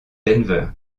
denver